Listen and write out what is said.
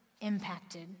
impacted